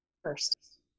first